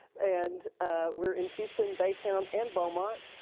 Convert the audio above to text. and we're in houston, baytown and beaumont,